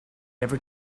ever